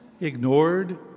ignored